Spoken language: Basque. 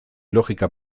logika